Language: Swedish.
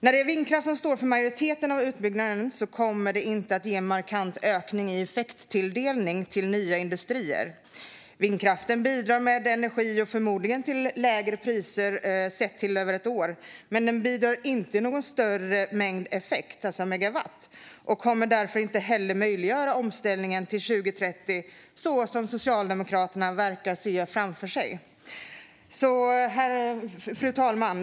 När det är vindkraft som står för majoriteten av utbyggnaden kommer det inte att ge en markant ökning i effekttilldelning till nya industrier. Vindkraften bidrar med energi, förmodligen till lägre priser sett över ett år, men den bidrar inte till någon större mängd effekt, alltså megawatt, och kommer därför inte heller att möjliggöra omställningen till 2030, så som Socialdemokraterna verkar se framför sig. Fru talman!